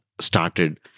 started